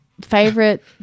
favorite